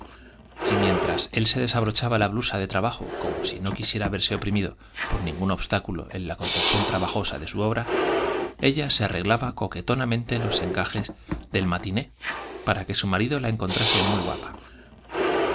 pagar mientras élse desabrochaba la blusa de trabajo como y obstáculo si no quisiera verse oprimido por ningún en la concepción trabajosa de su abra ella se arre del matiné glaba coquetonamente los encajes para su marido la encontrase muy guapa